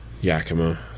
Yakima